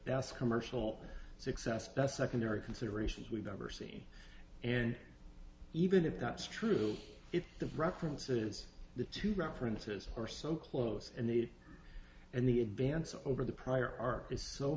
best commercial success that's secondary considerations we've ever seen and even if that's true if the references the two references are so close and it and the advance over the prior art is so